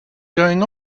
going